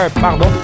pardon